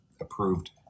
approved